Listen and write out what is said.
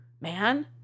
man